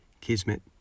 kismet